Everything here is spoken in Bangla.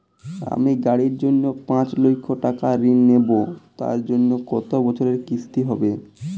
আমি গাড়ির জন্য পাঁচ লক্ষ টাকা ঋণ নেবো তার জন্য কতো বছরের কিস্তি হবে?